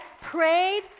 prayed